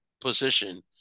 position